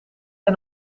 hij